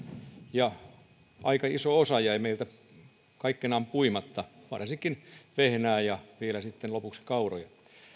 ja aika iso osa jäi meiltä kaikkiaan puimatta varsinkin vehnää ja vielä sitten lopuksi kauroja